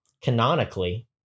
canonically